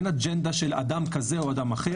אין אג'נדה של אדם כזה או אדם אחר.